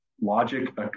logic